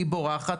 היא בורחת,